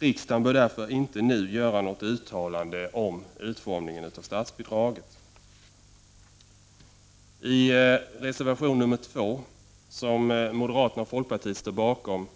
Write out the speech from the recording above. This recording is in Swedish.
Riksdagen bör därför inte nu göra något uttalande om utformningen av statsbidrag. I reservation 2, som moderaterna och folkpartiet står bakom,